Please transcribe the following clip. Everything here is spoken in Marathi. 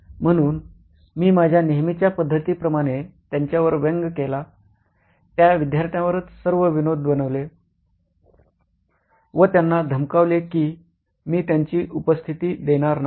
म्हणून मी माझ्या नेहमीच्या पद्धती प्रमाणे त्यांच्यावर व्यंग केला त्या विद्यार्थ्यावरच सर्व विनोद बनवले व त्यांना धमकावले की मी त्यांची उपस्थिती देणार नाही